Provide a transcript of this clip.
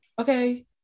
Okay